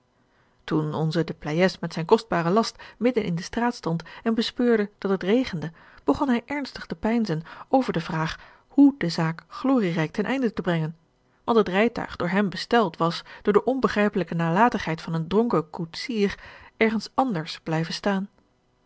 toen onze de pleyes met zijn kostbaren last midden in de straat george een ongeluksvogel stond en bespeurde dat het regende begon bij ernstig te peinzen over de vraag hoe de zaak glorierijk ten einde te brengen want het rijtuig door hem besteld was door de onbegrijpelijke nalatigheid van een dronken koetsier ergens anders blijven staan